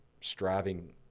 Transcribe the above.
striving